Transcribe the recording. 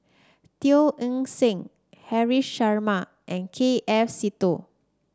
Teo Eng Seng Haresh Sharma and K F Seetoh